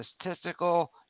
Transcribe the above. statistical